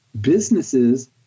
Businesses